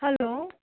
hello